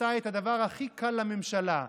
עשה את הדבר הכי קל לממשלה.